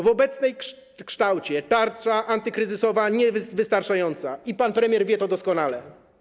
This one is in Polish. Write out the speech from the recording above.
W obecnym kształcie tarcza antykryzysowa nie jest wystarczająca i pan premier wie to doskonale.